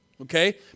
Okay